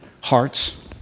hearts